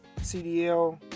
CDL